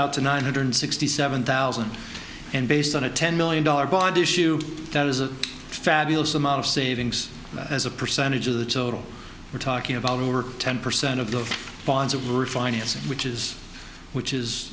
out to nine hundred sixty seven thousand and based on a ten million dollars bond issue that is a fabulous amount of savings as a percentage of the total we're talking about over ten percent of the bonds of refinancing which is which is